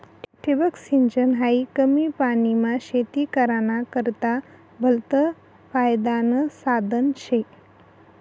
ठिबक सिंचन हायी कमी पानीमा शेती कराना करता भलतं फायदानं साधन शे